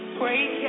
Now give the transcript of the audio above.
break